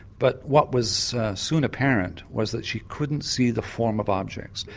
but what was soon apparent was that she couldn't see the form of objects,